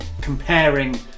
comparing